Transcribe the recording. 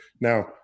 now